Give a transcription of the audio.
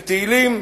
בתהילים: